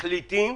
החלטיים,